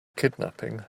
kidnapping